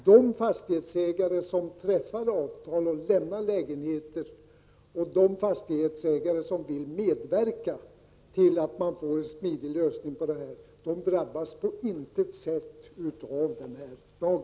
De fastighetsägare som träffar avtal och lämnar lägenheter och de fastighetsägare som vill medverka till en smidig lösning drabbas på intet sätt av denna lag.